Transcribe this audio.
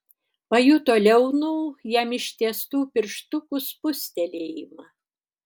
pajuto liaunų jam ištiestų pirštukų spustelėjimą